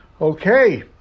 Okay